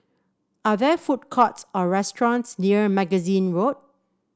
are there food courts or restaurants near Magazine Road